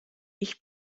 ich